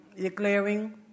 declaring